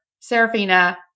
Serafina